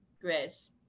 Grace